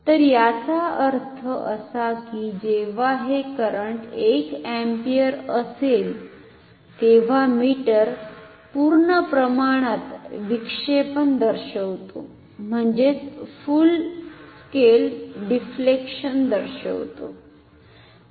तर याचा अर्थ असा की जेव्हा हे करंट 1 एम्पीअर असेल तेव्हा मीटर पूर्ण प्रमाणात विक्षेपण दर्शवितो म्हणजेच फुल स्केल डिफ्लेक्शन दर्शवितो